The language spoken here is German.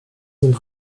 sind